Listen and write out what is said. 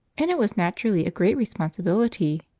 and it was naturally a great responsibility.